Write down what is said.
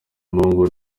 mungu